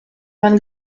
man